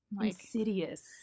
Insidious